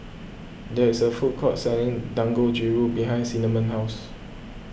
there is a food court selling Dangojiru behind Cinnamon's house